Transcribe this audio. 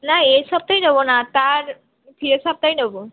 না এই সপ্তাহে নেব না তার ফিরে সপ্তাহে নেব